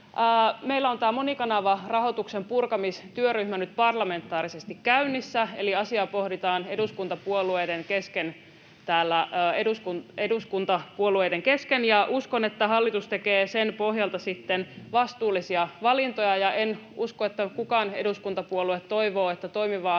Meillä on tämä monikanavarahoituksen purkamistyöryhmä nyt parlamentaarisesti käynnissä, eli asiaa pohditaan eduskuntapuolueiden kesken, ja uskon, että hallitus tekee sen pohjalta vastuullisia valintoja. En usko, että yksikään eduskuntapuolue toivoo, että toimivaa